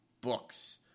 books